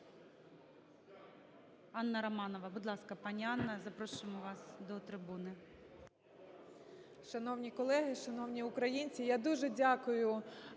Анна Романова, будь ласка. Будь ласка, пані Анна, запрошуємо вас до трибуни.